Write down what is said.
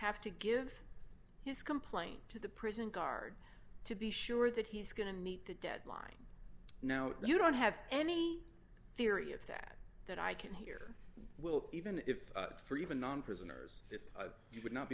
have to give his complaint to the prison guard to be sure that he's going to meet the deadline now you don't have any theory of that that i can hear will even if it's for even non prisoners if you would not